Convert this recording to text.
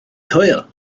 hwyl